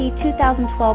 2012